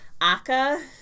Aka